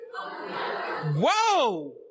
Whoa